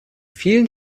vielen